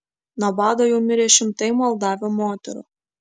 nuo bado jau mirė šimtai moldavių moterų